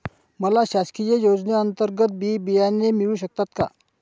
मला शासकीय योजने अंतर्गत बी बियाणे मिळू शकतात का?